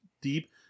deep